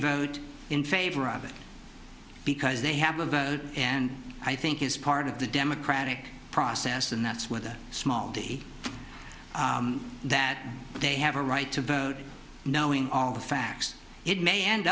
vote in favor of it because they have a vote and i think it's part of the democratic process and that's where that small d that they have a right to vote knowing all the facts it may end